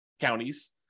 counties